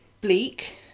bleak